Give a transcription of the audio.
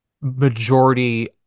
majority